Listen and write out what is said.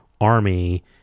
army